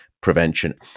prevention